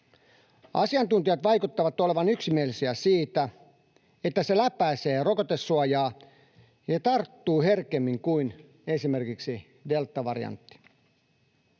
Asiantuntijat vaikuttavat olevan yksimielisiä siitä, että se läpäisee rokotesuojaa ja tarttuu herkemmin kuin esimerkiksi deltavariantti.